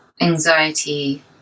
anxiety